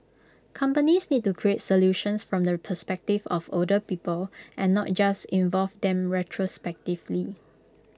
companies need to create solutions from the perspective of older people and not just involve them retrospectively